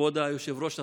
כבוד היושב-ראש הזמני,